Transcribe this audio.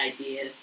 idea